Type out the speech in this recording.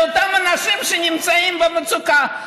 לאותם אנשים שנמצאים במצוקה.